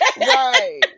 Right